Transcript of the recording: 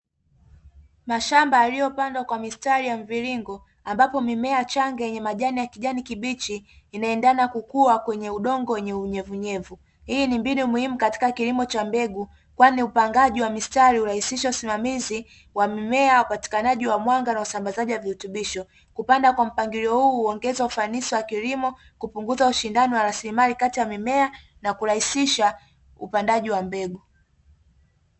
Mashamba yaliyopandwa kwa mistari ya mviringo ambapo mimea changa yenye majani ya kijani kibichi inaendana kukuwa kwenye udongo wenye unyevunyevu. Hii ni mbinu muhimu katika kilimo cha mbegu kwani upangaji wa mistari urahisisha usimamizi wa mimea upatikanaji wa mwanga na usambazaji wa virutubisho kupanda kwa mpangilio huu huongeza ufanisi wa kilimo, kupunguza ushindani wa rasilimali kati ya mimea na kurahisisha upandaji wa mbegu.